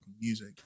music